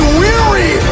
weary